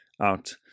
out